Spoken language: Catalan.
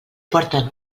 porten